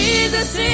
Jesus